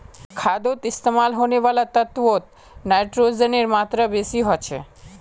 खादोत इस्तेमाल होने वाला तत्वोत नाइट्रोजनेर मात्रा बेसी होचे